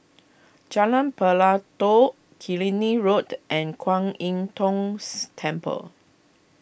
Jalan Pelatok Killiney Road and Kuan Im Tngs Temple